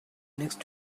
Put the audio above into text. next